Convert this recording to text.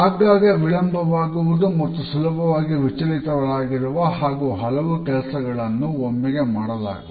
ಆಗಾಗ್ಗೆ ವಿಳಂಬವಾಗುವುದು ಮತ್ತು ಸುಲಭವಾಗಿ ವಿಚಲಿತರಾಗುವ ಹಾಗೂ ಹಲವು ಕೆಲಸಗಳನ್ನು ಒಮ್ಮೆಗೆ ಮಾಡುವುದು